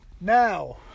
now